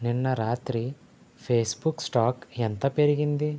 నిన్న రాత్రి Facebook stock ఎంత పెరిగింది